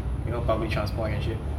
you know public transport and shit